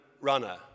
runner